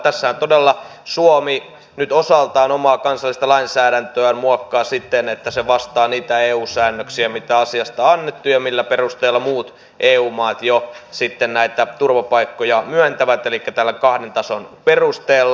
tässähän todella suomi nyt osaltaan omaa kansallista lainsäädäntöään muokkaa siten että se vastaa niitä eu säännöksiä mitä asiasta on annettu ja millä perusteella muut eu maat jo näitä turvapaikkoja myöntävät elikkä tällä kahden tason perusteella